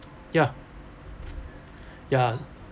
ya ya